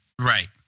Right